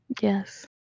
Yes